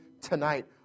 tonight